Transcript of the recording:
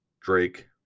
drake